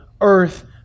earth